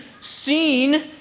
seen